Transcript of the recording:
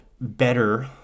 better